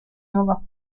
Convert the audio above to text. nuova